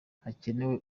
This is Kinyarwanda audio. hakenewe